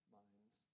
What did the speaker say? minds